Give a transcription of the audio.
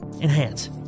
Enhance